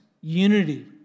unity